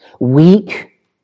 weak